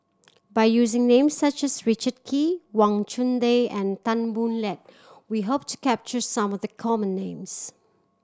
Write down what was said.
by using names such as Richard Kee Wang Chunde and Tan Boo Liat we hope to capture some of the common names